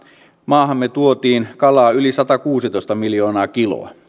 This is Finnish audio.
maahamme tuotiin kalaa yli satakuusitoista miljoonaa kiloa